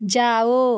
जाओ